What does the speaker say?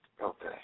Okay